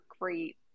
great